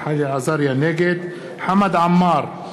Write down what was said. נגד חמד עמאר,